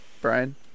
Brian